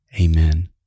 Amen